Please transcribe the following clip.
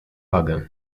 wagę